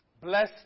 Bless